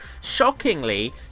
Shockingly